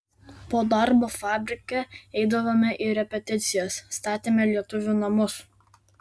po darbo fabrike eidavome į repeticijas statėme lietuvių namus